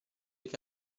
che